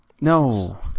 No